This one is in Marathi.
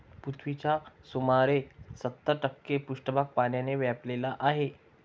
पृथ्वीचा सुमारे सत्तर टक्के पृष्ठभाग पाण्याने व्यापलेला आहे